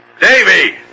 Davy